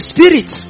Spirit